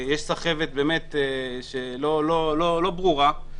יש סחבת שאינה ברורה.